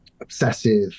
obsessive